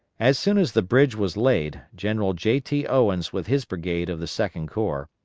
as soon as the bridge was laid, general j. t. owens with his brigade of the second corps,